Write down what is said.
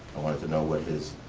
i wanted to know what his